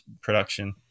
production